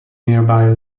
nearby